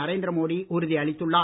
நரேந்திர மோடி உறுதியளித்துள்ளார்